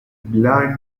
blind